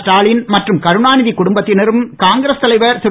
ஸ்டாலின் மற்றும் கருணாநிதி குடும்பத்தினரும் காங்கிரஸ் தலைவர் திரு